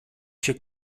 się